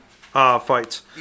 fights